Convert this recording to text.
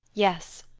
yes.